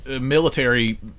military